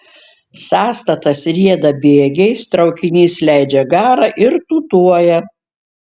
sąstatas rieda bėgiais traukinys leidžia garą ir tūtuoja